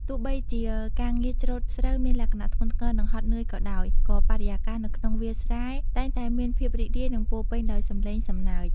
ទោះបីជាការងារច្រូតស្រូវមានលក្ខណៈធ្ងន់ធ្ងរនិងហត់នឿយក៏ដោយ ក៏បរិយាកាសនៅក្នុងវាលស្រែតែងតែមានភាពរីករាយនិងពោរពេញដោយសំឡេងសំណើច។